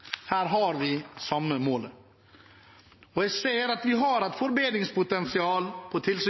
Her har vi samme målet. Jeg ser at vi har et forbedringspotensial på